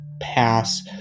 pass